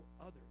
others